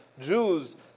Jews